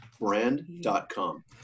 brand.com